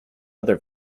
other